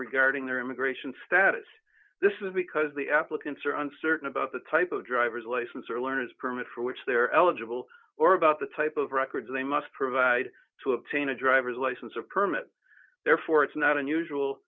regarding their immigration status this is because the applicants are uncertain about the type of driver's license or learner's permit for which they are eligible or about the type of records they must provide to obtain a driver's license or permit therefore it's not unusual